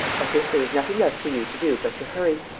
i think there is nothing left for you to do but to hurry.